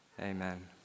amen